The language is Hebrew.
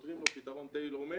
ופותרים לו פתרון tailor made.